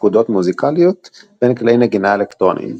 פקודות מוזיקליות בין כלי נגינה אלקטרוניים.